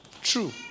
True